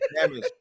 Damage